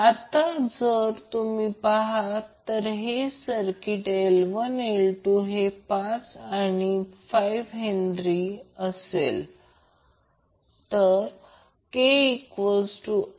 आता उदाहरणार्थ एक सोपा विचार करा की इंडक्टिव्ह सर्किट म्हणजे हे रेझिस्टन्स R आहे हे XL JL ω आहे आणि हा यामधून वाहणारा करंट I आहे